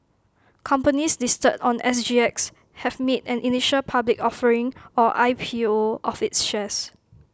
companies listed on S G X have made an initial public offering or I P O of its shares